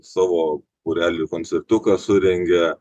savo būreliui koncertuką surengia